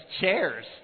chairs